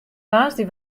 woansdei